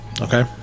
okay